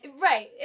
Right